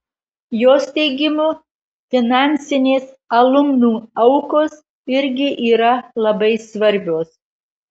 jos teigimu finansinės alumnų aukos irgi yra labai svarbios